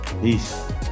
Peace